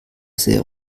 sehr